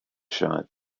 shot